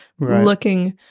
looking